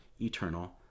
eternal